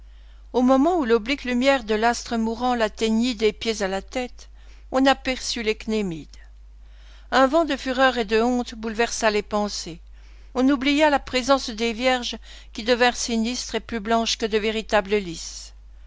au moment où l'oblique lumière de l'astre mourant l'atteignit des pieds à la tête on aperçut les cnémides un vent de fureur et de honte bouleversa les pensées on oublia la présence des vierges qui devinrent sinistres et plus blanches que de véritables lis